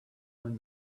when